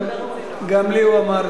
גם לי הוא אמר את זה.